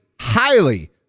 highly